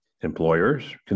Employers